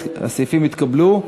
הסעיפים התקבלו.